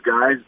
guys